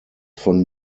von